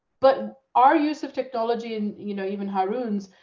but our use of technology, and you know even haroon's,